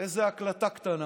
איזו הקלטה קטנה